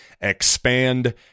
expand